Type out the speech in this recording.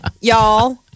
y'all